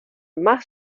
más